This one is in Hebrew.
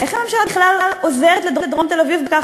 איך הממשלה בכלל עוזרת לדרום תל-אביב בכך